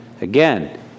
Again